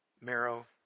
marrow